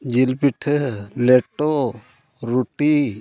ᱡᱤᱞ ᱯᱤᱴᱷᱟᱹ ᱞᱮᱴᱚ ᱨᱩᱴᱤ